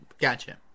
Gotcha